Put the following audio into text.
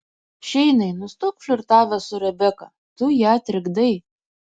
šeinai nustok flirtavęs su rebeka tu ją trikdai